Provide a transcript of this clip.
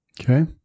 Okay